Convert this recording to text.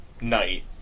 night